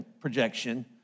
projection